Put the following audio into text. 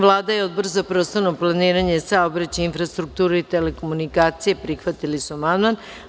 Vlada i Odbor za prostorno planiranje i saobraćaj, infrastrukturu i telekomunikacije prihvatili su amandman.